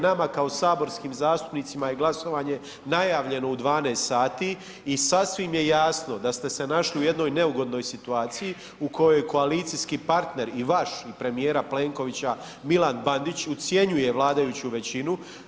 Nama kao saborskim zastupnicima je glasovanje najavljeno u 12 sati i sasvim je jasno da ste se našli u jednoj neugodnoj situaciji u kojoj koalicijski partner i vaš i premijera Plenkovića ucjenjuje vladajuću većinu.